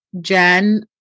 Jen